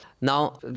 Now